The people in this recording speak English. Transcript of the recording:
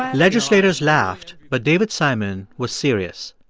ah legislators laughed, but david simon was serious.